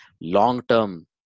long-term